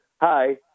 hi